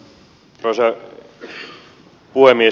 arvoisa puhemies